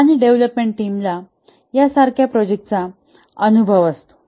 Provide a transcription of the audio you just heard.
आणि डेव्हलपमेंट टीमला यासारख्या प्रोजेक्टचा अनुभव असतो